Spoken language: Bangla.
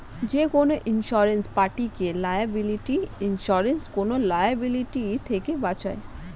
যেকোনো ইন্সুরেন্স পার্টিকে লায়াবিলিটি ইন্সুরেন্স কোন লায়াবিলিটি থেকে বাঁচায়